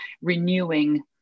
renewing